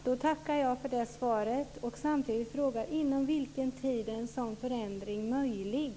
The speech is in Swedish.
Herr talman! Jag tackar för det svaret. Jag vill samtidigt fråga inom vilken tid en sådan förändring är möjlig.